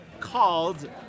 Called